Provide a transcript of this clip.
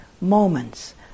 moments